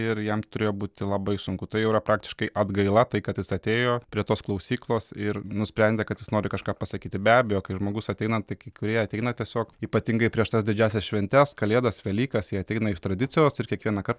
ir jam turėjo būti labai sunku tai jau yra praktiškai atgaila tai kad jis atėjo prie tos klausyklos ir nusprendė kad jis nori kažką pasakyti be abejo kai žmogus ateina tai kai kurie ateina tiesiog ypatingai prieš tas didžiąsias šventes kalėdas velykas jie ateina iš tradicijos ir kiekvienąkart